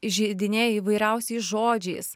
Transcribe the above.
įžeidinėja įvairiausiais žodžiais